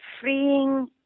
freeing